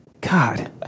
God